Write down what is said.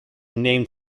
named